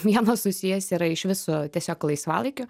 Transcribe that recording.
vienas susijęs yra iš viso tiesiog laisvalaikiu